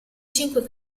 cinque